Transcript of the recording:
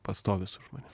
pastoviu su žmonėm